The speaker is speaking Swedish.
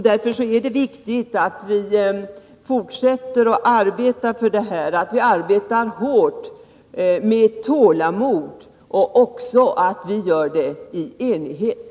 Därför är det viktigt att vi fortsätter att arbeta hårt och tålmodigt — och att vi också gör det i enighet.